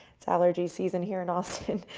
it's allergy season here in austin.